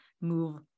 move